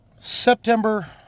September